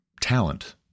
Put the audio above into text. talent